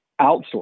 outsource